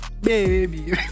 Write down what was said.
Baby